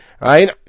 Right